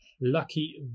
Lucky